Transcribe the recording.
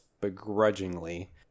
Begrudgingly